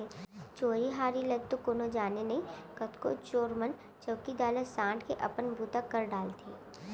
चोरी हारी ल तो कोनो जाने नई, कतको चोर मन चउकीदार ला सांट के अपन बूता कर डारथें